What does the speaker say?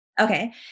Okay